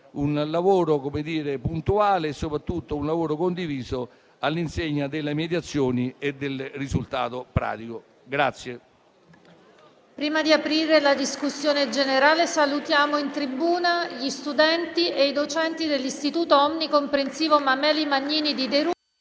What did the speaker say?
un lavoro puntuale e soprattutto condiviso, all'insegna delle mediazioni e del risultato pratico.